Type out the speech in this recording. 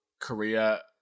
Korea